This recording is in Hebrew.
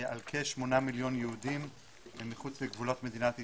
על כשמונה מיליון יהודים מחוץ לגבולות מדינת ישראל.